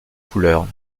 couleurs